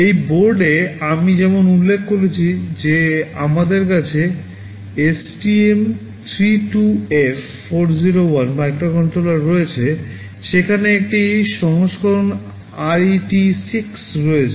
এই বোর্ডে আমি যেমন উল্লেখ করেছি যে আমাদের কাছে STM32F401 মাইক্রোকন্ট্রোলার রয়েছে সেখানে একটি সংস্করণ RET6 রয়েছে